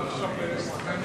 ההסתייגות של קבוצת סיעת חד"ש,